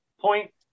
point